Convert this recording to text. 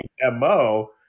mo